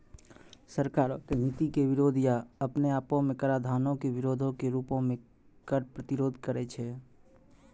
सरकारो के नीति के विरोध या अपने आपो मे कराधानो के विरोधो के रूपो मे कर प्रतिरोध करै छै